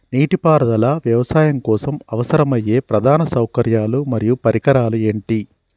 నీటిపారుదల వ్యవసాయం కోసం అవసరమయ్యే ప్రధాన సౌకర్యాలు మరియు పరికరాలు ఏమిటి?